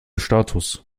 status